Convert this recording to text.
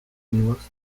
miłosnym